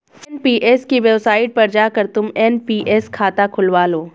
NPS की website पर जाकर तुम एन.पी.एस खाता खुलवा लो